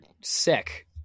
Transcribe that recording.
sick